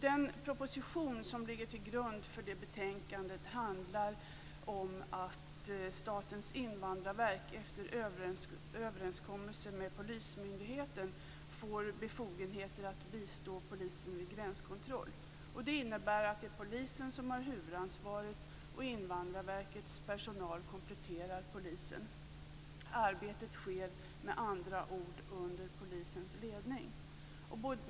Den proposition som ligger till grund för betänkandet handlar om att Statens invandrarverk efter överenskommelser med polismyndigheten får befogenhet att bistå polisen vid gränskontroll. Det innebär att det är polisen som har huvudansvaret, och Invandrarverkets personal kompletterar polisen. Arbetet sker med andra ord under polisens ledning.